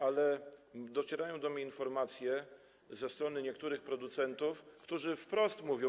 Ale docierają do mnie informacje ze strony niektórych producentów, którzy wprost mówią: